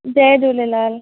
Jay Jhulelal